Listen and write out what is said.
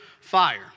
fire